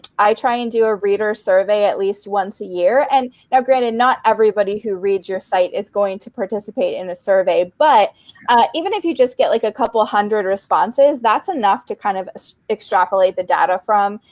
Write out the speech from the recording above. i try and do a reader survey at least once a year. and now, granted, not everybody who reads your site is going to participate in a survey. but even if you just get like a couple hundred responses, that's enough to kind of extrapolate the data from.